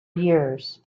years